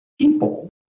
people